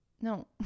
no